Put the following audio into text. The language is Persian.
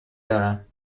دارم